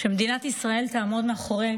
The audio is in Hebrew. שמדינת ישראל תעמוד מאחורי